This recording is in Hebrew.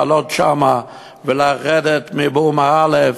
לעלות שם ולרדת מבורמה א',